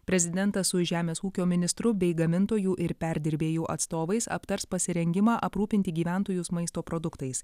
prezidentas su žemės ūkio ministru bei gamintojų ir perdirbėjų atstovais aptars pasirengimą aprūpinti gyventojus maisto produktais